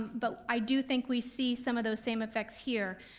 but i do think we see some of those same effects here,